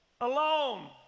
alone